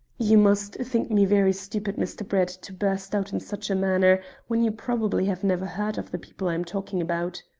you must think me very stupid, mr. brett, to burst out in such a manner when you probably have never heard of the people i am talking about.